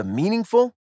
meaningful